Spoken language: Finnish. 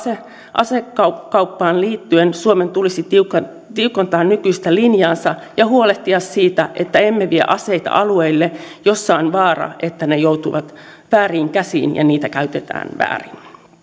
asekauppaan liittyen suomen tulisi tiukentaa tiukentaa nykyistä linjaansa ja huolehtia siitä että emme vie aseita alueille joilla on vaara että ne joutuvat vääriin käsiin ja niitä käytetään väärin